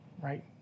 right